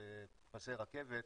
על פסי רכבת,